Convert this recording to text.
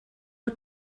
wyt